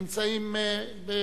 לסדר-היום מס' 5732,